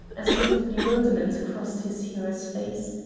as a look of bewilderment crossed his hearer's face,